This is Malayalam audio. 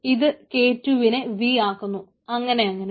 അത് K2 വിനെ V ആക്കുന്നു അങ്ങനെ അങ്ങനെ